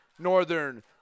Northern